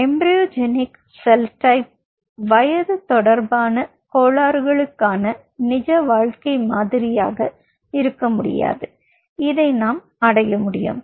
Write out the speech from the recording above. embryonic cell type வயது தொடர்பான கோளாறுக்கான நிஜ வாழ்க்கை மாதிரியாக இருக்க முடியாது இதை நாம் அடைய முடியும்